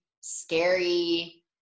scary